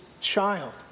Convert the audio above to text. child